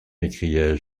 m’écriai